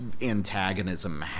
antagonism